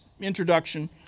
introduction